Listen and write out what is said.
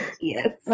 Yes